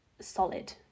solid